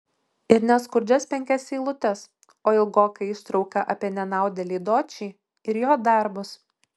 ir ne skurdžias penkias eilutes o ilgoką ištrauką apie nenaudėlį dočį ir jo darbus